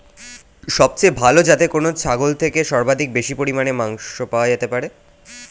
সবচেয়ে ভালো যাতে কোন ছাগল থেকে সর্বাধিক বেশি পরিমাণে মাংস পাওয়া যেতে পারে?